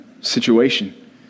situation